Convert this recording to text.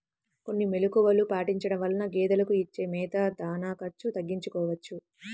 కొన్ని మెలుకువలు పాటించడం వలన గేదెలకు ఇచ్చే మేత, దాణా ఖర్చు తగ్గించుకోవచ్చును